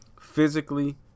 physically